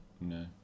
No